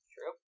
True